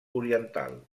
oriental